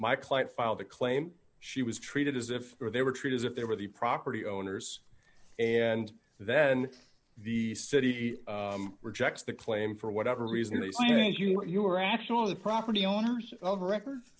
my client file the claim she was treated as if they were treated as if they were the property owners and then the city rejects the claim for whatever reason they seem to think you are actually the property owners of record